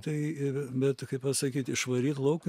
tai ir bet kaip pasakyt išvaryt lauk